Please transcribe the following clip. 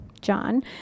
John